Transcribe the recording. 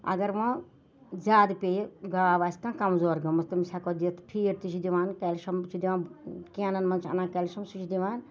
اَگَر ؤنۍ زیادٕ پیٚیہِ گاو آسہِ کانٛہہ کَمزور گٔمٕژ تٔمِس ہیٚکو دِتھ پھیٖڈ تہِ چھِ دِوان کیٚلشَم چھِ دِوان کٮ۪نَن مَنٛز چھِ اَنان کیٚلشَم سُہ چھِ دِوان